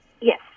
Yes